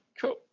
cool